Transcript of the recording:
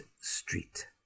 street